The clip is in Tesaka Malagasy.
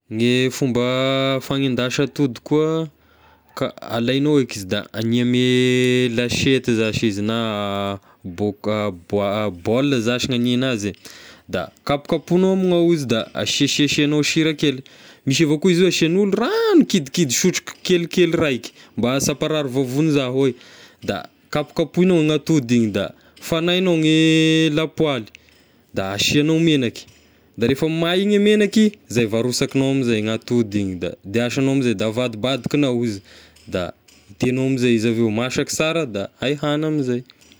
Gne fomba fanendasa atody koa, ka- alaignao eky izy da hania ame lasiety zashy izy na bôka- bô- bôligna zashy ngn'ania anazy eh, da kapokapoignao ame ny ao izy da asiasiagnao sira kely, misy avao koa izy asian'olo ragno kidikidy sotro k- kelikely raika mba sy amparary vavony zao eh, da kapokapohignao gn'atody igny, da fagnainao ny lapoaly, da asiagnao menaky da rehefa may igny menaky zay vao arosakignao amizay ny atody igny, da daisagnao amizay da avadibadikagnao izy da hitegnao amizay izy avy eo masaka sara da hay hagny amizay.